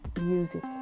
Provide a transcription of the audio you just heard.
music